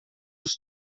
dos